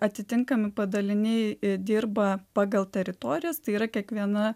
atitinkami padaliniai dirba pagal teritorijas tai yra kiekviena